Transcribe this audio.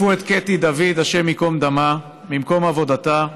חטפו את קטי דוד, השם ייקום דמה, ממקום עבודתה,